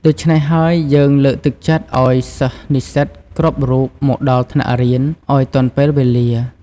ដូច្នេះហើយ យើងលើកទឹកចិត្តឱ្យសិស្សនិស្សិត គ្រប់រូបមកដល់ថ្នាក់រៀន ឱ្យទាន់ពេលវេលា ។